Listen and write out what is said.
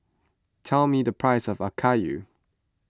tell me the price of Okayu